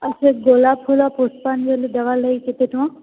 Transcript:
ଆଉ ସେ ଗୋଲାପ ଫୁଲ ପୁଷ୍ପାଞ୍ଜଳି ଦେବା ଲାଗି କେତେ ଟଙ୍କା